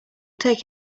take